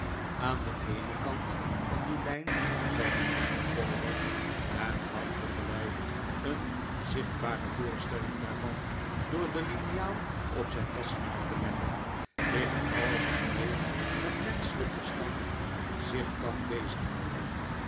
aan den eenen kant van die lijn zei mijnheer micawber en gaf tegelijk een zichtbare voorstelling daarvan door de liniaal op zijn lessenaar te leggen ligt alles waarmee het menschelijk verstand zich kan bezighouden